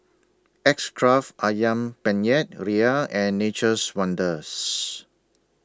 X Craft Ayam Penyet Ria and Nature's Wonders